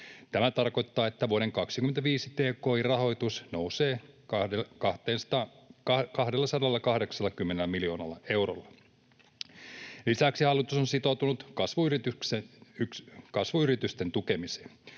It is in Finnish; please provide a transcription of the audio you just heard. Tämä tarkoittaa, että vuoden 25 tki-rahoitus nousee 280 miljoonalla eurolla. Lisäksi hallitus on sitoutunut kasvuyritysten tukemiseen.